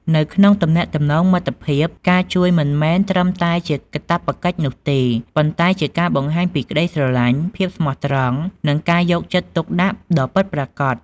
នៅក្នុងទំនាក់ទំនងមិត្តភាព ការជួយមិនមែនត្រឹមតែកាតព្វកិច្ចនោះទេ ប៉ុន្តែជាការបង្ហាញពីក្តីស្រឡាញ់ ភាពស្មោះត្រង់ និងការយកចិត្តទុកដាក់ដ៏ពិតប្រាកដ។